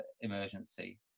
emergency